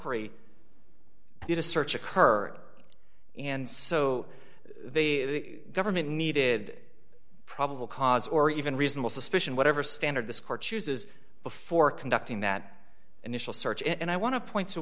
inquiry did a search occur and so the government needed probable cause or even reasonable suspicion whatever standard this court chooses before conducting that initial search and i want to point to